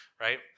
right